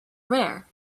rare